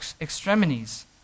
extremities